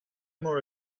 more